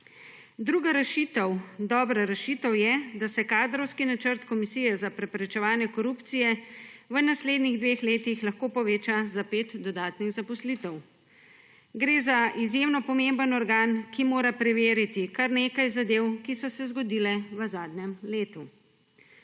Druga rešitev, dobra rešitev je, da se kadrovski načrt Komisije za preprečevanje korupcije v naslednjih dveh letih lahko poveča za pet dodatnih zaposlitev. Gre za izjemno pomemben organ, ki mora preveriti kar nekaj zadev, ki so se zgodile v zadnjem letu.